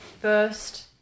first